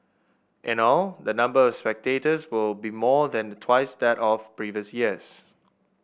in all the number of spectators will be more than twice that of previous years